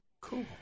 Cool